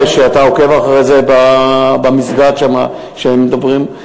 ברמלה, אתה עוקב אחרי זה, במסגד שם, שמדברים.